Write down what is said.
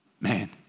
Man